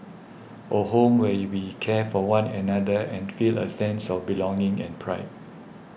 a home where you be care for one another and feel a sense of belonging and pride